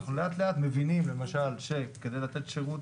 אנחנו לאט לאט מבינים למשל שכדי לתת שירות